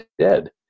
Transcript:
dead